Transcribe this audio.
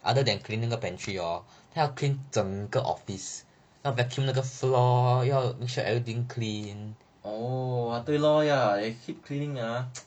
orh 对 lor ya they keep cleaning ah